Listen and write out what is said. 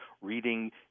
reading